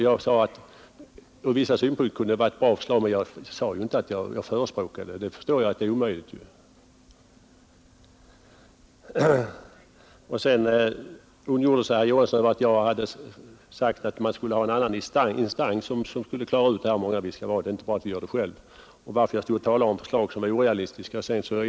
Jag sade också att från vissa synpunkter kunde det vara ett bra förslag, men jag förespråkade det inte, eftersom jag förstår att det är omöjligt att genomföra. Vidare ondgjorde sig herr Johansson över att jag sade att vi skulle ha en annan instans för att klara ut hur många ledamöter vi skulle vara. Det är inte bra att vi gör det själva, och varför skulle jag tala för ett förslag som är orealistiskt?